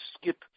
skip